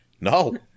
no